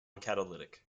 catalytic